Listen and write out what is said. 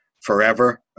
forever